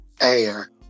air